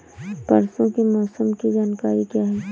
परसों के मौसम की जानकारी क्या है?